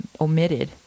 omitted